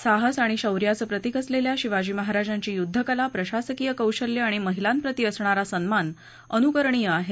साहस आणि शौर्यांचं प्रतीक असलेल्या शिवाजी महाराजांची युद्धकला प्रशासकीय कौशल्य आणि महिलांप्रती असणारा सन्मान अनुकरणीय आहे